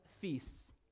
feasts